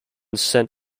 sent